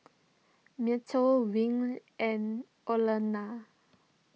Mateo Win and Orlena